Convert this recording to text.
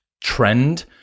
trend